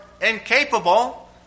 incapable